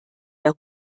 der